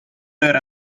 era